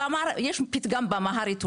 יש פתגם באמהרית,